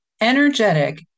energetic